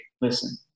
listen